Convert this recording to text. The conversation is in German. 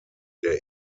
der